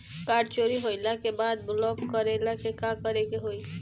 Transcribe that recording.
Card चोरी होइला के बाद ब्लॉक करेला का करे के होई?